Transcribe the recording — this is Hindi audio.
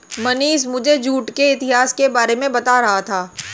मनीष मुझे जूट के इतिहास के बारे में बता रहा था